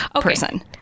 person